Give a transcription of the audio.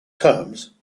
terms